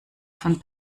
von